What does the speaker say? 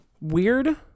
Weird